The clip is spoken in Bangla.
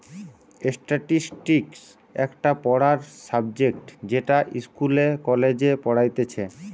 স্ট্যাটিসটিক্স একটা পড়ার সাবজেক্ট যেটা ইস্কুলে, কলেজে পড়াইতিছে